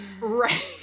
Right